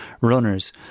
runners